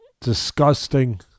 disgusting